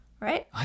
right